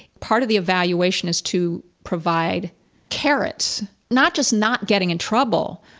part of the evaluation is to provide carrots, not just not getting in trouble,